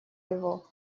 его